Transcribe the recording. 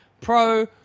Pro